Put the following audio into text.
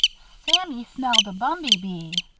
sammy smelled a bumby-bee,